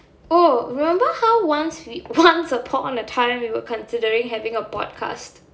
oh remember how once we once upon a time we were considering have a podcast